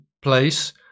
place